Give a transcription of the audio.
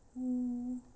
mm